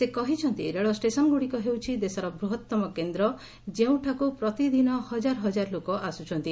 ସେ କହିଛନ୍ତି ରେଳଷ୍ଟେସନ୍ଗୁଡ଼ିକ ହେଉଛି ଦେଶର ବୃହତ୍ତମ କେନ୍ଦ୍ର ଯେଉଁଠାକୁ ପ୍ରତିଦିନ ହଜାର ହଜାର ଲୋକ ଆସୁଛନ୍ତି